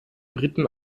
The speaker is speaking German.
briten